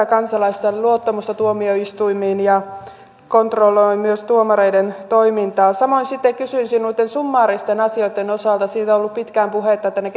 kansalaisten luottamusta tuomioistuimiin ja kontrolloi myös tuomareiden toimintaa samoin sitten kysyisin noitten summaaristen asioitten osalta siitä on ollut pitkään puhetta että ne